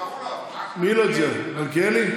מי לא הצביע, מלכיאלי?